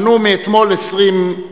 30. מנו מאתמול 20,